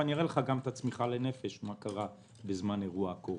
ואני גם אראה לך את הצמיחה לנפש בזמן אירוע הקורונה.